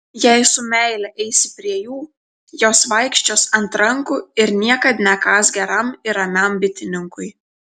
jei su meile eisi prie jų jos vaikščios ant rankų ir niekad nekąs geram ir ramiam bitininkui